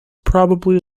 probably